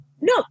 No